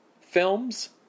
films